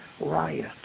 riot